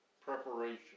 preparation